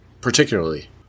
particularly